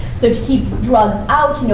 so to keep drugs out, you know